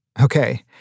Okay